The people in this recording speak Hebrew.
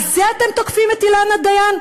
על זה אתם תוקפים את אילנה דיין,